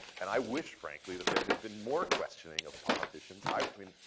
and i wish frankly, that there had been more questioning of politicians. i mean,